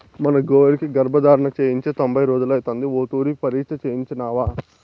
మన గోవులకి గర్భధారణ చేయించి తొంభై రోజులైతాంది ఓ తూరి పరీచ్ఛ చేయించినావా